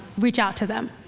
reach out to them.